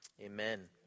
amen